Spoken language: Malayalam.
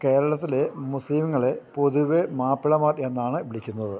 കേരളത്തിൽ മുസ്ലീങ്ങളെ പൊതുവേ മാപ്പിളമാർ എന്നാണ് വിളിക്കുന്നത്